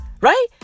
right